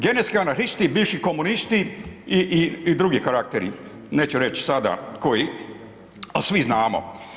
Genetski anarhisti i bivši komunisti i drugi karakteri, neću reć sada koji a svi znamo.